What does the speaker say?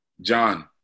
John